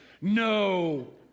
no